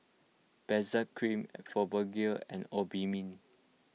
Benzac Cream Fibogel and Obimin